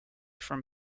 from